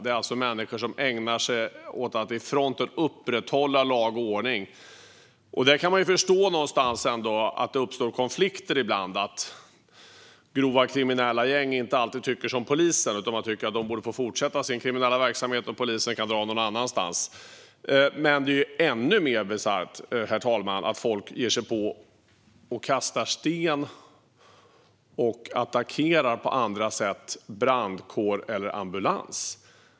Det är alltså människor som ägnar sig åt att i fronten upprätthålla lag och ordning. Man kan någonstans förstå att det ibland uppkommer konflikter och att grova kriminella gäng inte alltid tycker som polisen. De tycker att de borde få fortsätta sin kriminella verksamhet och att polisen kan dra någon annanstans. Men, herr talman, det är ju ännu mer bisarrt att folk ger sig på, kastar sten och på andra sätt attackerar brandkår eller ambulans.